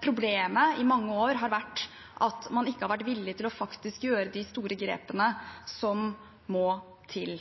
Problemet har i mange år vært at man ikke har vært villig til faktisk å gjøre de store grepene som må til.